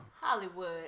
Hollywood